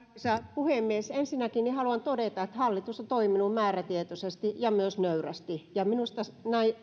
puhemies ensinnäkin haluan todeta että hallitus on toiminut määrätietoisesti ja myös nöyrästi ja minusta